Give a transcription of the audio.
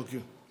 אוקיי.